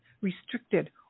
restricted